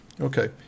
Okay